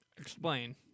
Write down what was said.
Explain